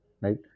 right